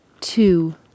two